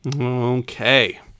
Okay